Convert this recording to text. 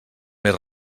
més